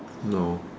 no